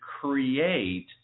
create